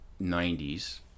90s